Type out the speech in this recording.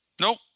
Nope